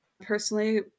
personally